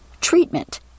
Treatment